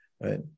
right